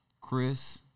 Chris